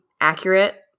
accurate